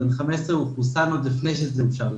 הוא בן 15, הוא חוסן עוד לפני שזה אושר.